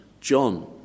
John